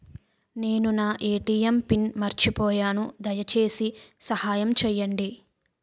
నేను నా ATM pin మర్చిపోయాను, దయచేసి సహాయం చేయండి